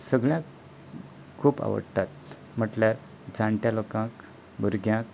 हो सगल्यांत खूब आवडटात म्हणल्यार जाणट्यां लोकांक भुरग्यांक